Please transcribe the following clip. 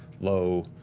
low,